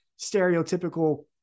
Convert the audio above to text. stereotypical